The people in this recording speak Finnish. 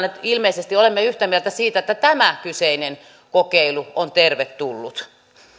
että ilmeisesti olemme yhtä mieltä siitä että tämä kyseinen kokeilu on tervetullut